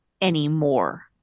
anymore